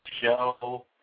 show